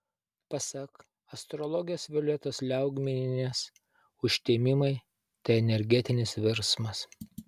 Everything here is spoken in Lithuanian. pasak astrologės violetos liaugminienės užtemimai tai energetinis virsmas